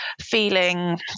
feeling